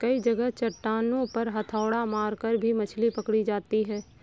कई जगह चट्टानों पर हथौड़ा मारकर भी मछली पकड़ी जाती है